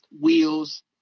wheels